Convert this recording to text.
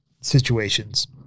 situations